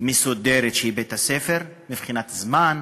מסודרת של בית-הספר, מבחינת זמן,